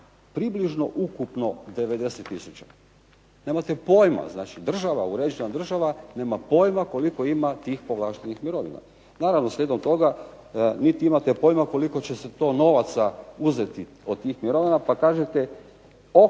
približno, ukupno 90 tisuća. Nemate pojma, znači uređena država nema pojma koliko ima tih povlaštenih mirovina. Naravno slijedom toga niti imate pojma koliko će se to novaca uzeti od tih mirovina, pa kažete